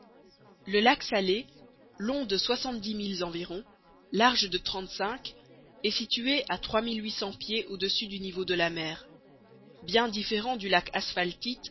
le lac salé long de soixante-dix milles environ large de trente-cinq est situé à trois mille huit cents pieds au-dessus du niveau de la mer bien différent du lac asphaltite